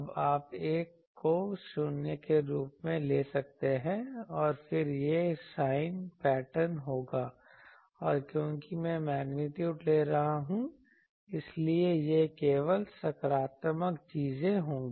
अब आप 1 को 0 के रूप में ले सकते हैं और फिर यह sin पैटर्न होगा और क्योंकि मैं मेग्नीट्यूड ले रहा हूं इसलिए यह केवल सकारात्मक चीजें होंगी